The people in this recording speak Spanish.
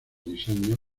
diseños